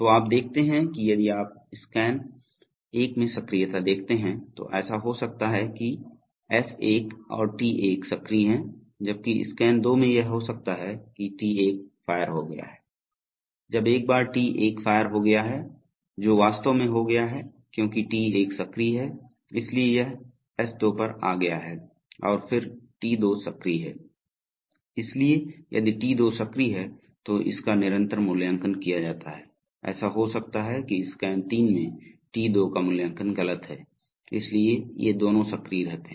तो आप देखते हैं कि यदि आप स्कैन एक में सक्रियता देखते हैं तो ऐसा हो सकता है कि S1 और T1 सक्रिय हैं जबकि स्कैन दो में यह हो सकता है कि T1 फायर हो गया है जब एक बार T1 फायर हो गया है जो वास्तव में हो गया है क्योंकि T1 सक्रिय है इसलिए यह S2 पर आ गया है और फिर T2 सक्रिय है इसलिए यदि T2 सक्रिय है तो इसका निरंतर मूल्यांकन किया जाता है ऐसा हो सकता है कि स्कैन तीन में T2 का मूल्यांकन गलत है इसलिए ये दोनों सक्रिय रहते हैं